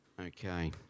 Okay